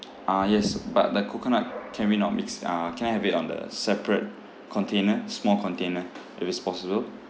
ah yes but the coconut can we not mix uh can I have it on the separate container small container if it's possible